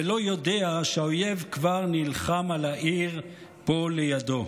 ולא יודע שהאויב כבר נלחם על העיר פה לידו.